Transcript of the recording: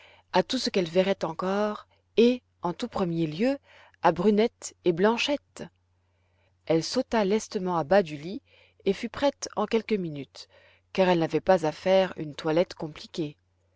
à tout ce qu'elle verrait encore et en tout premier lieu à brunette et blanchette elle sauta lestement à bas du lit et fut prête en quelques minutes car elle n'avait pas à faire une toilette compliquée